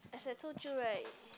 as I told you right